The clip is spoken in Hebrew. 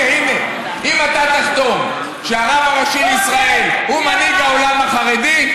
אם אתה תחתום שהרב הראשי לישראל הוא מנהיג העולם החרדי,